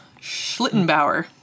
Schlittenbauer